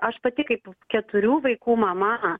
aš pati kaip keturių vaikų mama